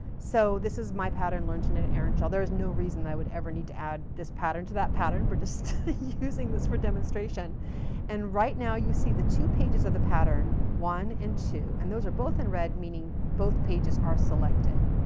so, this is my pattern, learn to knit an aran shawl. there is no reason i would ever need to add this pattern to that pattern. we're just using this for demonstration and right now you see the two pages of the pattern one and two. and those are both in red, meaning both pages are selected.